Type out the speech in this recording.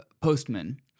Postman